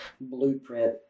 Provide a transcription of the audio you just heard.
blueprint